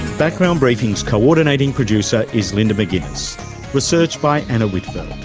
background briefing's coordinating producer is linda mcginness research by anna whitfeld.